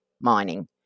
mining